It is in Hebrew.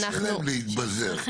שאין להם איך להתבזר?